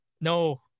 No